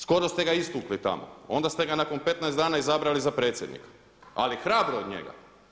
Skoro ste ga istukli tamo, onda ste ga nakon 15 dana izabrali za predsjednika, ali hrabro od njega.